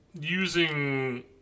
using